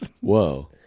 whoa